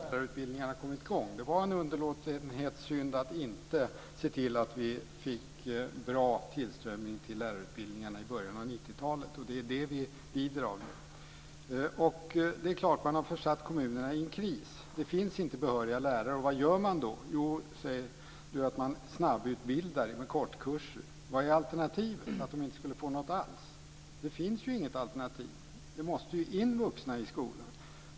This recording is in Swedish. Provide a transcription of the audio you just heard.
Fru talman! Nu har lärarutbildningarna kommit i gång. Det var en underlåtenhetssynd att inte se till att vi fick bra tillströmning till lärarutbildningarna i början av 90-talet, och det är det vi lider av nu. Det är klart att man har försatt kommunerna i en kris. Det finns inte behöriga lärare. Vad gör man då? Yvonne Andersson säger att man snabbutbildar med kortkurser. Vad är alternativet? Att de inte får någon utbildning alls. Det finns ju inget alternativ. Det måste ju in vuxna i skolan.